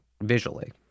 visually